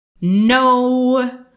no